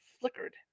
flickered